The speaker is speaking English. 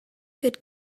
good